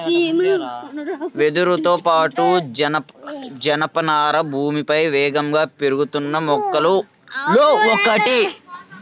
వెదురుతో పాటు, జనపనార భూమిపై వేగంగా పెరుగుతున్న మొక్కలలో ఒకటి